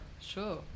Sure